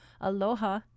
aloha